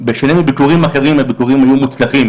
בשונה מביקורים אחרים, הביקורים היו מוצלחים.